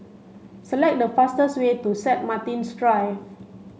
select the fastest way to Set Martin's Drive